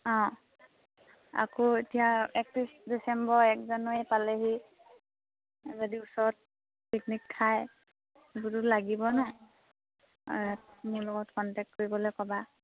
অঁ আকৌ এতিয়া একত্ৰিছ ডিচেম্বৰ এক জানুৱাৰী পালেহি যদি ওচৰত পিকনিক খাই সেইটোতো লাগিব নহ্ মোৰ লগত কণ্টেক্ট কৰিবলৈ ক'বা